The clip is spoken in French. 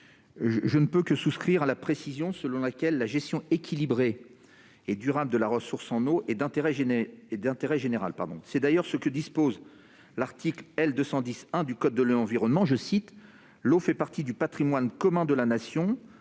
je ne peux que souscrire à la précision selon laquelle la gestion équilibrée et durable de la ressource en eau est d'intérêt général. C'est d'ailleurs ce que dispose l'article L. 210-1 du code de l'environnement :« L'eau fait partie du patrimoine commun de la nation.